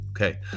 Okay